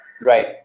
right